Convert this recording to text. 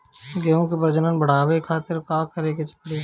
गेहूं के प्रजनन बढ़ावे खातिर का करे के पड़ी?